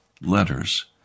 letters